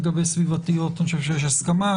לגבי סביבתיות, אני חושב שיש הסכמה.